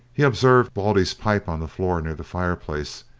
he observed baldy's pipe on the floor near the fire-place,